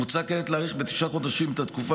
מוצע כעת להאריך בתשעה חודשים את התקופה